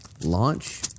launch